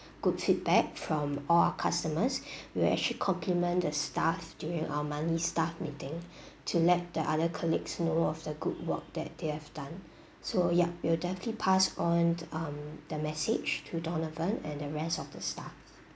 good feedback from all our customers we'll actually compliment the staff during our monthly staff meeting to let the other colleagues know of the good work that they have done so yup we'll definitely pass on um the message to donovan and the rest of the staff